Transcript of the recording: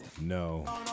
No